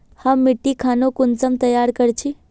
हम मिट्टी खानोक कुंसम तैयार कर छी?